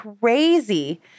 crazy